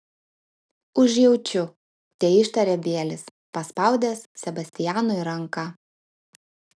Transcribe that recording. užjaučiu teištarė bielis paspaudęs sebastianui ranką